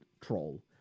troll